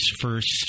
first